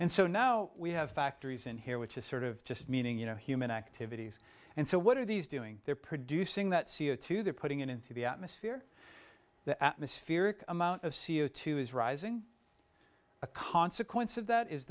and so now we have factories in here which is sort of just meaning you know human activities and so what are these doing they're producing that c o two they're putting it into the atmosphere the atmospheric amount of c o two is rising a consequence of that is